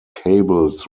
cables